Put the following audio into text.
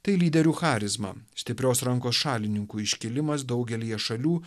tai lyderių charizma stiprios rankos šalininkų iškilimas daugelyje šalių